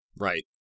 Right